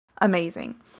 amazing